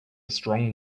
strong